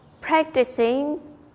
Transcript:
practicing